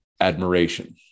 admiration